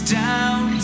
down